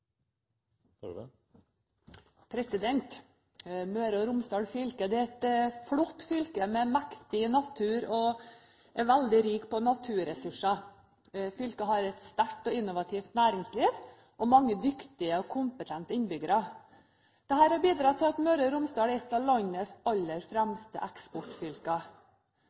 et flott fylke med mektig natur, og det er veldig rikt på naturressurser. Fylket har et sterkt og innovativt næringsliv og mange dyktige og kompetente innbyggere. Dette har bidratt til at Møre og Romsdal er et av landets aller fremste eksportfylker.